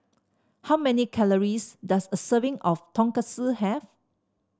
how many calories does a serving of Tonkatsu have